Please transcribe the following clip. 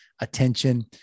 attention